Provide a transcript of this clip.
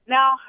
Now